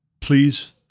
please